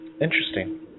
Interesting